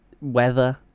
weather